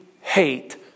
hate